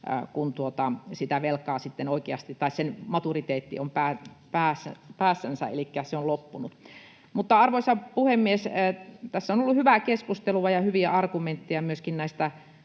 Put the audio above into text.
sen maturiteetti on päässänsä, elikkä se on loppunut. Mutta, arvoisa puhemies, tässä on ollut hyvää keskustelua ja hyviä argumentteja myöskin näistä